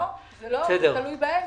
לא, לא, זה תלוי בהם